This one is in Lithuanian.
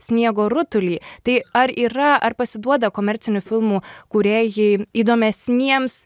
sniego rutulį tai ar yra ar pasiduoda komercinių filmų kūrėjai įdomesniems